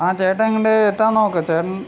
ആ ചേട്ടൻ ഇങ്ങട് എത്താൻ നോക്ക് ചേട്ടൻ